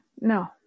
no